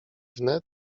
wnet